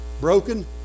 broken